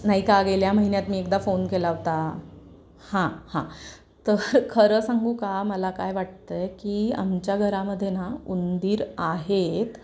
नाही का गेल्या महिन्यात मी एकदा फोन केला होता हां हां तर खरं सांगू का मला काय वाटतं आहे की आमच्या घरामध्ये ना उंदीर आहेत